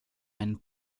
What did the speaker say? einen